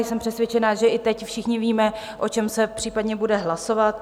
Jsem přesvědčena, že i teď všichni víme, o čem se případně bude hlasovat.